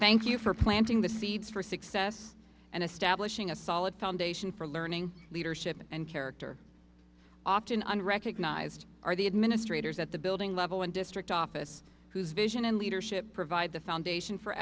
thank you for planting the seeds for success and establishing a solid foundation for learning leadership and character often on recognized are the administrators at the building level and district office whose vision and leadership provide the foundation for